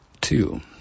Two